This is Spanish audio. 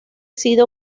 sido